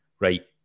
Right